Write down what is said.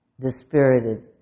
dispirited